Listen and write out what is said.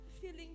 feeling